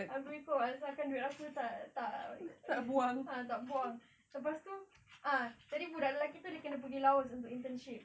aku ikut asalkan duit aku tak tak tak buang lepas tu ah jadi budak lelaki tu kena pergi laos untuk internship